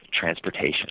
transportation